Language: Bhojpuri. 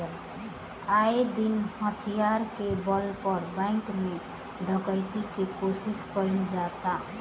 आये दिन हथियार के बल पर बैंक में डकैती के कोशिश कईल जाता